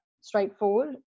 straightforward